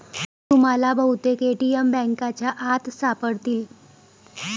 तुम्हाला बहुतेक ए.टी.एम बँकांच्या आत सापडतील